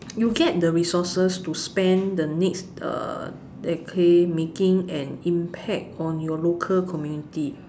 you get the resources to spend the next uh decade making an impact on your local community